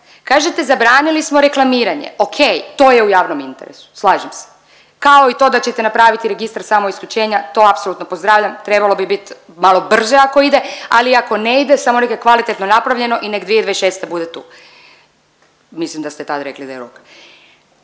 Kažete zabranili smo reklamiranje. Okej, to je u javnom interesu, slažem se, kao i to da ćete napravit Registar samoisključenja, to apsolutno pozdravljam, trebalo bi bit malo brže ako ide, ali ako ne ide samo nek je kvalitetno napravljeno i nek 2026. bude tu, mislim da ste tad rekli da je rok.